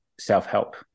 self-help